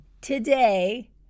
Today